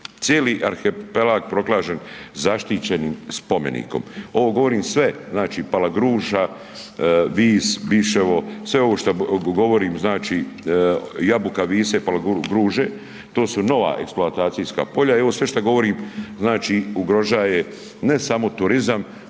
cijeli arhipelag proglašen zaštićenim spomenikom. Ovo govorim sve znači, Palagruža, Vis, Biševo, sve ovo što govorim znači Jabuka, Vise, Palagruže to su nova eksploatacijska polja i ovo sve što govorim znači ugrožava ne samo turizam,